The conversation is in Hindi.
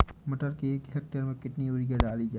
मटर के एक हेक्टेयर में कितनी यूरिया डाली जाए?